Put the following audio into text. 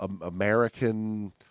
American